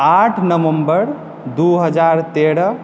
आठ नवम्बर दू हजार तेरह